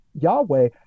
Yahweh